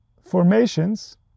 formations